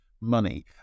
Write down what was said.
money